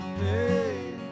Hey